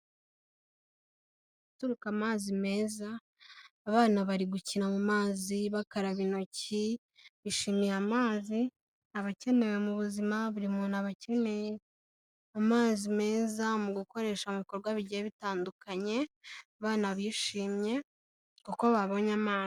Ahaturuka amazi meza, abana bari gukina mu mazi bakaraba intoki, bishimiye amazi aba akenewe mu buzima, buri muntu aba akeneye amazi meza mu gukoresha ibikorwa bigiye bitandukanye, abana bishimye kuko babonye amazi.